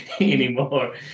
anymore